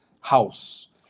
house